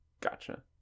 Gotcha